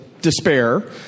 despair